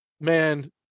man